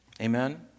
Amen